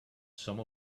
some